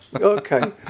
Okay